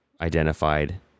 identified